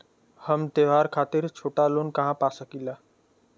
हम त्योहार खातिर छोटा लोन कहा पा सकिला?